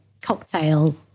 cocktail